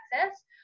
access